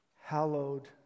hallowed